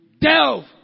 delve